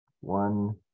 One